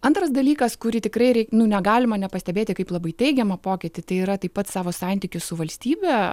antras dalykas kurį tikrai rei nu negalima nepastebėti kaip labai teigiamą pokytį tai yra taip pat savo santykis su valstybe